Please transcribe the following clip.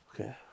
Okay